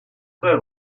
frère